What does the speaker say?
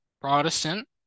Protestant